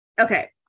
Okay